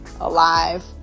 alive